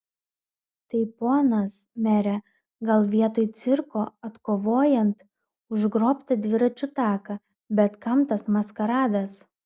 tai ponas mere gal vietoj cirko atkovojant užgrobtą dviračių taką bet kam tas maskaradas